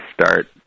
start